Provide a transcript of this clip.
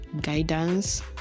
guidance